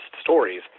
stories